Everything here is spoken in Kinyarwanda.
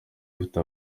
ifite